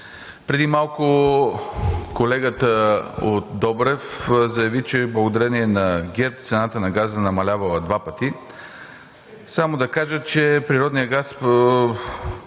Преди малко колегата Добрев заяви, че благодарение на ГЕРБ цената на газа намалявала два пъти.